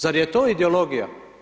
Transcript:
Zar je to ideologija?